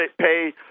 pay